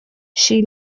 she